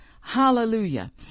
Hallelujah